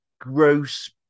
gross